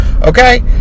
Okay